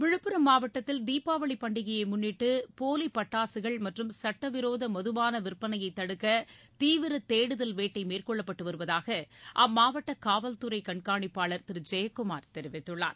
விழுப்புரம் மாவட்டத்தில் தீபாவளி பண்டிகையை முன்னிட்டு போலி பட்டாசுகள் மற்றும் சட்டலிரோத மதபான விற்பனையை தடுக்க தீவிர தேடுதல் வேட்டை மேற்கொள்ளப்பட்டு வருவதாக அம்மாவட்ட காவல்துறை கண்காணிப்பாளர் திரு ஜெயக்குமார் தெரிவித்துள்ளார்